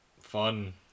fun